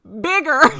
bigger